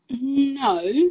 No